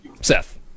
Seth